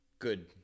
good